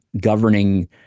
governing